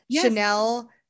Chanel